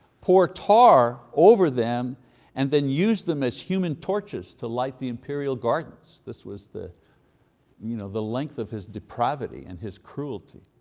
pour tar over them and then use them as human torches to light the imperial gardens. this was the you know the length of his depravity and his cruelty.